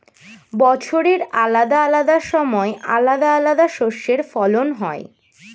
বছরের আলাদা আলাদা সময় আলাদা আলাদা শস্যের ফলন হয়